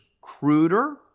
cruder